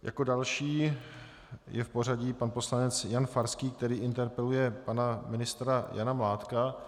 Jako další je v pořadí pan poslanec Jan Farský, který interpeluje pana ministra Jana Mládka.